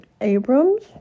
Abrams